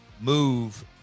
move